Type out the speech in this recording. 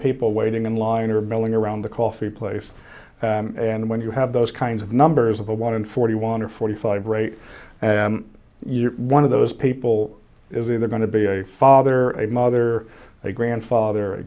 people waiting in line or milling around the coffee place and when you have those kinds of numbers of a one in forty one or forty five rate you're one of those people is either going to be a father a mother a grandfather a